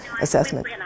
assessment